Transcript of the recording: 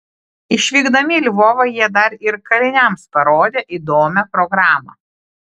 išvykdami į lvovą jie dar ir kaliniams parodė įdomią programą